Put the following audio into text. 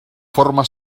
forma